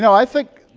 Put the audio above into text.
so i think,